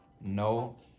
no